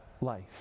life